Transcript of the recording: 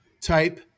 Type